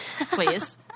please